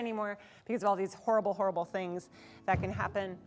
anymore because all these horrible horrible things that can happen